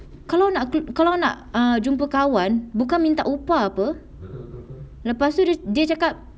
kalau nak ke~ kalau nak ah jumpa kawan bukan minta upah apa lepas tu dia dia cakap